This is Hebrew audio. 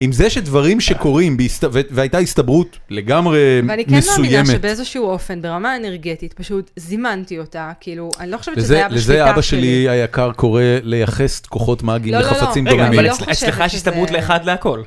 עם זה שדברים שקורים, והייתה הסתברות לגמרי מסוימת. אבל אני כן מאמינה שבאיזשהו אופן, ברמה אנרגטית, פשוט זימנתי אותה, כאילו, אני לא חושבת שזה היה בשליטה שלי. לזה אבא שלי היקר קורא מייחסת כוחות מאגיים לחפצים דוממים. אצלך יש הסתברות לאחד להכל.